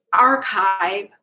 archive